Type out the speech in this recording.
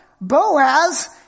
Boaz